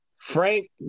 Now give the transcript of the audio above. Frank